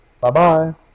Bye-bye